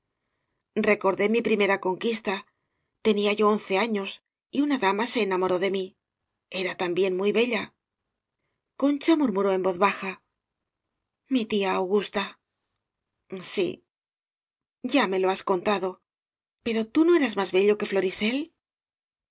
recordé mi primera conquista tenía yo once años y una dama se enamoró de mi era también muy bella concha murmuró en voz baja mi tía augusta sí ya me lo has contado pero tú no eras más bello que florisel dudé